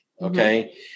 Okay